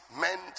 meant